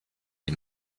die